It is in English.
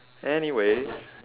anyways